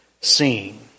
seen